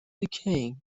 decaying